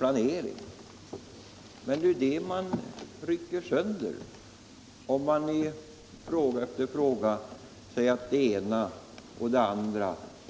Men detta syfte rycks sönder om man i fråga efter fråga säger att olika